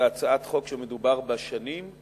היא הצעת חוק שמדובר בה שנים.